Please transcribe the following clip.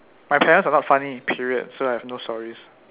my parents are not funny period so I have no stories